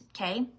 okay